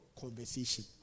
conversation